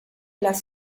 las